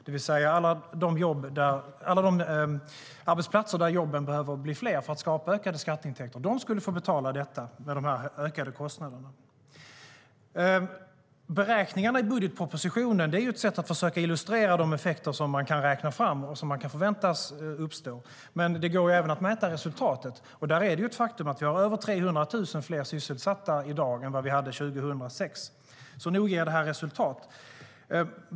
Det vill säga alla de arbetsplatser där jobben behöver bli fler för att skapa ökade skatteintäkter skulle få betala detta med ökade kostnader. Beräkningarna i budgetpropositionen är ett sätt att försöka illustrera de effekter som man kan räkna fram och som kan förväntas uppstå. Men det går även att mäta resultatet, och där är det ett faktum att vi har över 300 000 fler sysselsatta i dag än vad vi hade 2006. Nog ger det här resultat.